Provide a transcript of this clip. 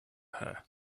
her